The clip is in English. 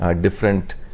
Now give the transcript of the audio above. different